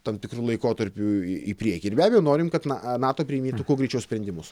tam tikru laikotarpiu į priekį ir be abejo norim kad na nato priiminėtų kuo greičiau sprendimus